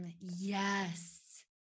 yes